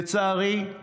לצערי,